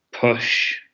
push